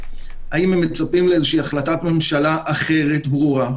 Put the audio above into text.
האם הם מצפים לאיזושהי החלטת ממשלה אחרת ברורה,